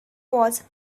was